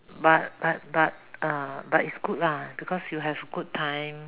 but but but ah but is good lah because you'll have good time